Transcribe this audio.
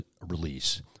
release